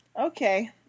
Okay